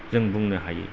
जों बुंनो हायो